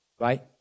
right